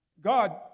God